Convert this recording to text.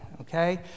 Okay